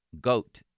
goat